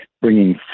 bringing